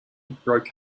broke